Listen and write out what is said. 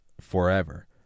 forever